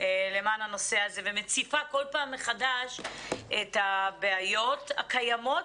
למען הנושא הזה ומציפה כל פעם מחדש את הבעיות הקיימות,